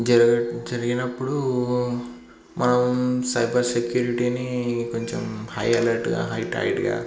జరగ జరిగినప్పుడు మనం సైబర్ సెక్యూరిటీని కొంచెం హై అలర్ట్గా హై టైట్గా